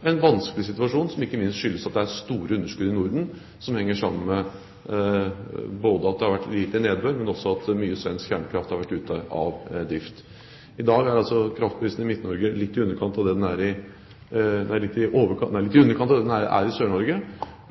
en vanskelig situasjon, som ikke minst skyldes at det er store underskudd i Norden, noe som både henger sammen med at det har vært lite nedbør, og at mye av svensk kjernekraft har vært ute av drift. I dag er altså kraftprisen i Midt-Norge litt i underkant av det den er i Sør-Norge,